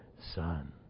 Son